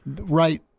right